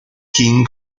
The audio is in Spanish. king